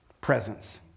Presence